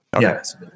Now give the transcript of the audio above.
yes